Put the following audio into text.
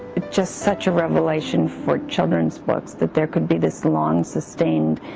just such a revelation for children's books that there could be this long sustained